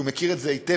כי הוא מכיר את זה היטב.